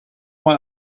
mal